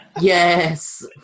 Yes